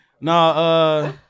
Nah